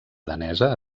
danesa